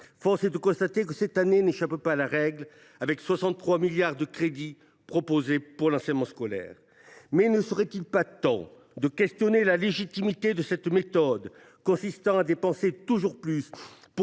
Force est de constater que cette année n’échappe pas à la règle, pas moins de 63 milliards d’euros de crédits étant affectés à l’enseignement scolaire. Toutefois, ne serait il pas temps de questionner la légitimité de cette méthode consistant à dépenser toujours plus pour